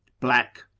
black,